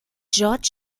george